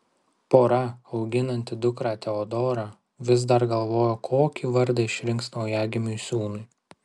pora auginanti dukrą teodorą vis dar galvoja kokį vardą išrinks naujagimiui sūnui